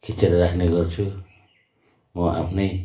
खिचेर राख्ने गर्छु म आफ्नै